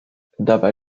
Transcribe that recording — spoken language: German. dabei